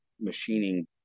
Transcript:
machining